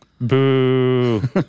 Boo